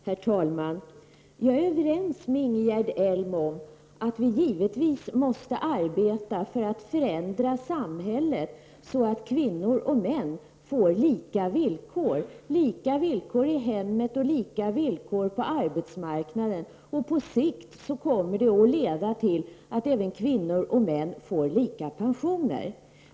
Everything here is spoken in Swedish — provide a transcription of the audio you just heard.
Herr talman! Jag är överens med Ingegerd Elm om att vi givetvis måste arbeta för att förändra samhället så att kvinnor och män får lika villkor, lika villkor i hemmet och lika villkor på arbetsmarknaden. På sikt kommer det att leda till att kvinnor och män även får lika pensioner.